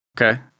Okay